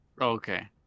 Okay